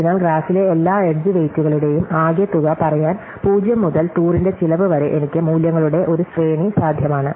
അതിനാൽ ഗ്രാഫിലെ എല്ലാ എഡ്ജ് വെയ്റ്റുകളുടെയും ആകെത്തുക പറയാൻ 0 മുതൽ ടൂറിന്റെ ചെലവ് വരെ എനിക്ക് മൂല്യങ്ങളുടെ ഒരു ശ്രേണി സാധ്യമാണ്